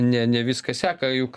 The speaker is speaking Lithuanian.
ne viską seka juk